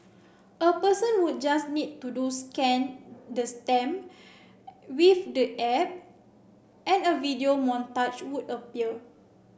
a person would just need to do scan the stamp with the app and a video montage would appear